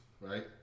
right